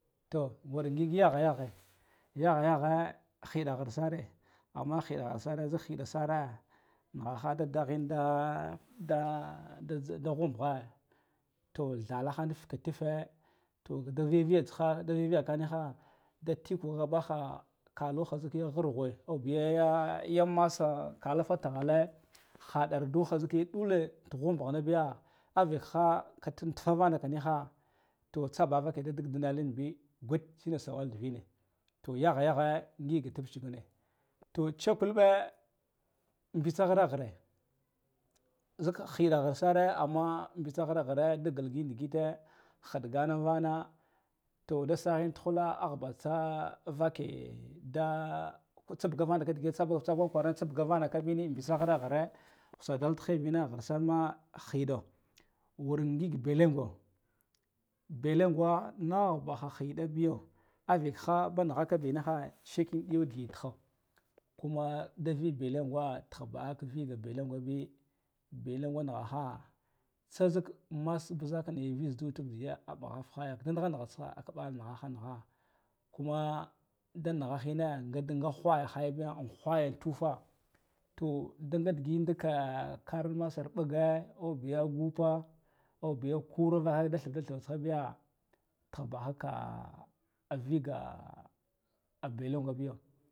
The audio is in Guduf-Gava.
To wur ngig yagheyaghe, yaghegaghe hida ghirsare amma hida ghirsare zik hida sare nighaha da daghenda da, da jila da ghumbghe to ɗhana hanuf fuke tife to kada boga viya tsiha da viya viyaka niha da tikgwa baha kalaha zik ya gharghwe aubiya ya ya masa kalafa tighale hada duha zik ya dule ta ghubghena bi ya a vikha tit tifa vaneke niha to tsaba vaka da didinal hingbi guɗ tsine sawal divine to yaghe yaghe ngig tuf ta ugune to ksakulɓe mbitsaghire hire zik hida ghir sare amma mɓitsa ghe ghere da gilgin digite hiɗgane vana to da sahin tuhula ahba da tsa vake da tsabuga vanaka digen tsabaka kwaran kwara tsa bugan vanaka bini mbitsa ghire ghira hutsadal ti hiya mbine ghirsarma hi do wur ngig belengo, belengwa nah baha hida biyo a vekha banighaka biniha tse thin ɗiyo di tiho kuma da bi belengwa tan baha ka viga belengwa bi, belengwa nighaha tsa zik ma mas buzak ɗi ya buzaka biya viztubiya a mbghaf feyo nigha nigha tsiha a kabal nigha ha nigha kuma da nighahina ngaba nga hwaya hayabiya an hwaya tiyafa to da ngadi gid ndika kar masara mbuga au biya gu pa aubiya kur vaha kada thiva thiva iya tah baha ka viga a belengwa biyo.